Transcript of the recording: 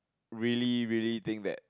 really really think that